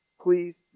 please